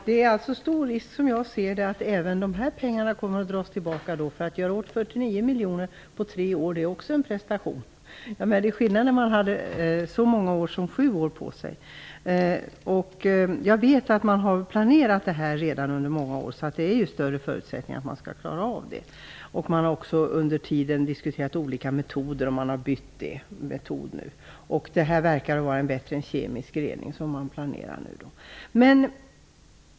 Herr talman! Det är stor risk, som jag ser det, att även de här pengarna kommer att dras tillbaka. Att göra av med 39 miljoner på tre år är också en prestation. Det är skillnad när man hade så mycket som sju år på sig. Jag vet att man redan har planerat det här under många år, så det finns bättre förutsättningar att man skall klara av det. Man har också under tiden diskuterat olika metoder och bytt metoder. Det som man planerar nu verkar vara bättre än kemisk rening.